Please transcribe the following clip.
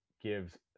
gives